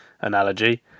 analogy